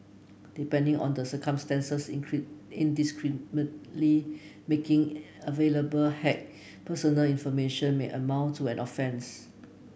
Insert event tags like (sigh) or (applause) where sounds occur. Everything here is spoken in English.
depending on the circumstances (unintelligible) indiscriminately making available hacked personal information may amount to an offence